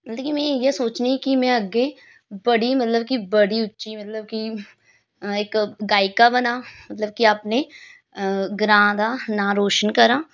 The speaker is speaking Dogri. मतलब कि में इ'यै सोचनी कि में अग्गें बड़ी मतलब कि मतलब कि बड़ी उच्ची मतलब कि इक गायिका बनां मतलब कि अपने ग्रांऽ दा नांऽ रोशन करां